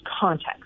context